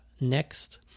next